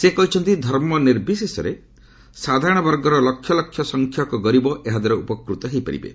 ସେ କହିଛନ୍ତି ଧର୍ମ ନିର୍ବିଶେଷରେ ସାଧାରଣବର୍ଗର ଲକ୍ଷ ଲକ୍ଷ ସଂଖ୍ୟକ ଗରିବ ଏହା ଦ୍ୱାରା ଉପକୃତ ହେବେ